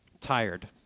tired